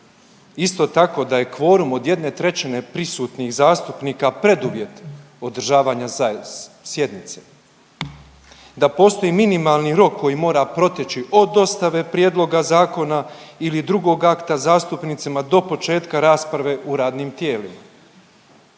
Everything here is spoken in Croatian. Isto tako da je kvorum od jedne trećine prisutnih zastupnika preduvjet održavanja sjednice, da postoji minimalni rok koji mora proteći od dostave prijedloga zakona ili drugog akta zastupnicima do početka rasprave u radnim tijelima.